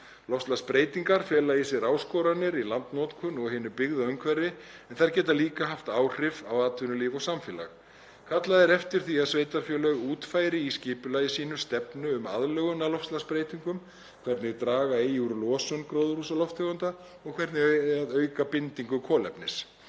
Loftslagsbreytingar fela í sér áskoranir í landnotkun og hinu byggða umhverfi en þær geta líka haft áhrif á atvinnulíf og samfélag. Kallað er eftir því að sveitarfélög útfæri í skipulagi sínu stefnu um aðlögun að loftslagsbreytingum, hvernig draga eigi úr losun gróðurhúsalofttegunda og auka bindingu kolefnis.